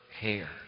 hair